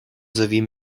sowie